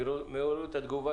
אני יושב-ראש מנהלי התחנות